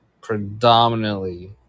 predominantly